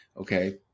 Okay